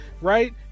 right